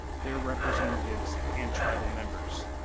their representatives, and tribal members.